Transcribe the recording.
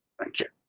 thank you.